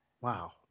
Wow